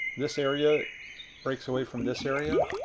this area breaks away from this area.